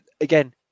again